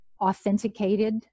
authenticated